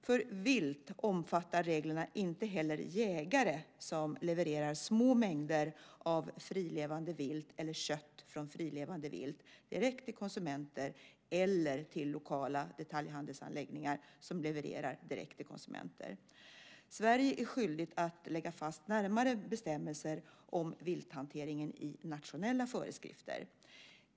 För vilt omfattar reglerna inte heller jägare som levererar små mängder av frilevande vilt eller kött från frilevande vilt direkt till konsumenter eller till lokala detaljhandelsanläggningar som levererar direkt till konsumenter. Sverige är skyldigt att lägga fast närmare bestämmelser om vilthanteringen i nationella föreskrifter.